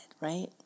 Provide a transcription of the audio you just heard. right